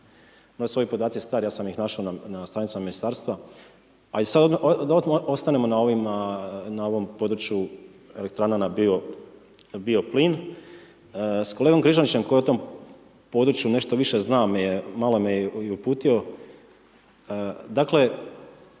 No su ovi podaci stari ja sam ih našao na stranicama ministarstva, a i sad odmah da ostanemo na ovom području elektrana na bioplin. S kolegom Križanićem koji o tom području nešto više zna, malo me i uputio